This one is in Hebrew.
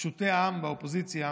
פשוטי העם באופוזיציה,